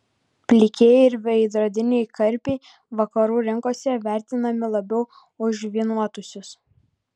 plikieji ir veidrodiniai karpiai vakarų rinkose vertinami labiau už žvynuotuosius